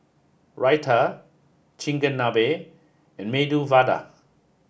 Raita Chigenabe and Medu Vada